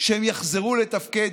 שהם יחזרו לתפקד,